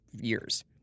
years